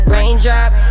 Raindrop